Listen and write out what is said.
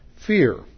fear